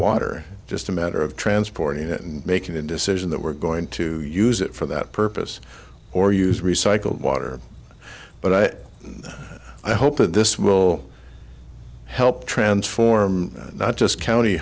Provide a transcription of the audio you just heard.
water just a matter of transporting it and making a decision that we're going to use it for that purpose or use recycled water but i hope that this will help transform not just county